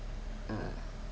uh